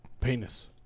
Penis